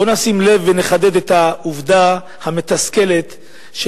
בואו נשים לב ונחדד את העובדה המתסכלת של